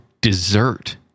dessert